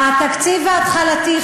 התקציב ההתחלתי,